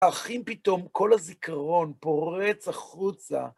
האחים פתאום, כל הזיכרון פורץ החוצה.